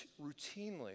routinely